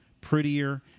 prettier